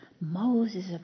Moses